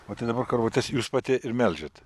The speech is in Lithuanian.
o tai dabar karvutes jūs pati ir melžiat